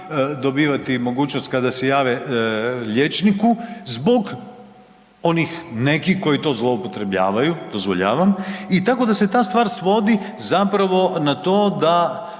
mogućnost kada se jave liječniku zbog onih nekih koji to zloupotrebljavaju, dozvoljavam, i tako da se ta stvar svodi zapravo na to da